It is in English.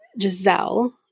Giselle